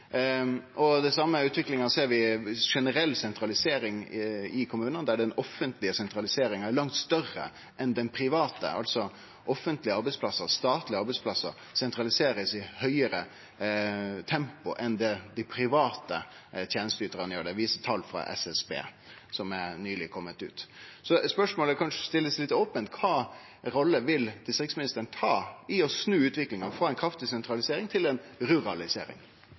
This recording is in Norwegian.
det. Den same utviklinga ser vi med generell sentralisering i kommunane, der den offentlege sentraliseringa er langt større enn den private, altså at offentlege arbeidsplassar, statlege arbeidsplassar, blir sentraliserte i høgare tempo enn det dei private tenesteytarane blir. Det viser tal frå SSB som nyleg er komne ut. Så spørsmålet bør kanskje stillast litt opent: Kva rolle vil distriktsministeren ta i å snu utviklinga frå ei kraftig sentralisering til ei ruralisering?